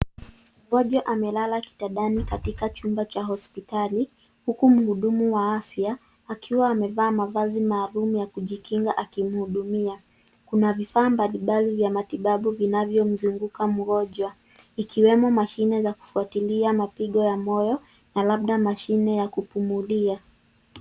Mgonjwa amelala kitandani katika chumba cha hospitali huku muhudumu wa afya akiwa amevaa mavazi maalum ya kujikinga akimuhudumia. Kuna vifaa mbalimbali vya matibabu vinavyomzunguka mgonjwa ikiwemo mashine za kufuatilia mapigo ya moyo na labda mashine ya kupumulia.